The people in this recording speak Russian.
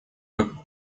как